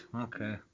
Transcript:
Okay